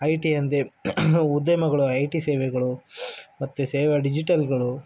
I T ಅಂದ್ರೆ ಉದ್ಯಮಗಳು I T ಸೇವೆಗಳು ಮತ್ತು ಸೇವಾ ಡಿಜಿಟಲ್ಗಳು